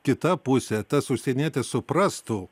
kita pusė tas užsienietis suprastų